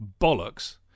bollocks